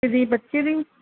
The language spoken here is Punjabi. ਕਿਹਦੀ ਬੱਚੇ ਦੀ